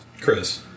Chris